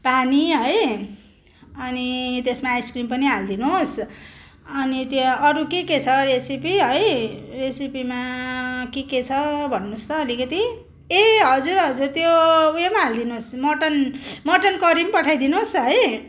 पानी है अनि त्यसमा आइसक्रिम पनि हालिदिनुहोस् अनि त्यहाँ अरू के के छ रेसिपी है रेसिपीमा के के छ भन्नुहोस् त अलिकति ए हजुर हजुर त्यो उयो पनि हालिदिनुहोस् मटन मटन करी पनि पठाइदिनुहोस् है